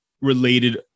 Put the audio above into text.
related